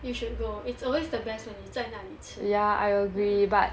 you should go it's always the best when you 在那里吃 mm